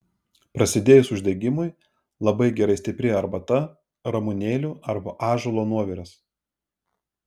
prasidėjus uždegimui labai gerai stipri arbata ramunėlių arba ąžuolo nuoviras